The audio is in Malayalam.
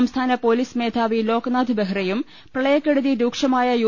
സംസ്ഥാന പോലീസ് മേധാവി ലോക്നാഥ് ബെഹ്റയും പ്രളയക്കെടുതി രൂക്ഷമായ യു